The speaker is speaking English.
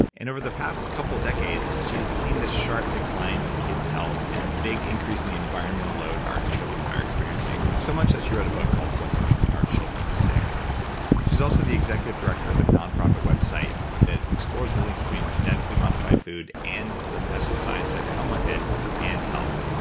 and over the past couple decades, she's seen the sharp decline in kids' health and a big increase in the environmental load our children are experiencing, so much that she wrote a book called, what's making our children sick she's also the executive director of a non profit website that explores the links between genetically modified food and the pesticides that come with it and health.